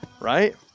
right